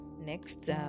next